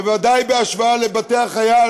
ובוודאי בהשוואה לבתי-החייל,